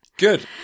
Good